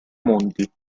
monti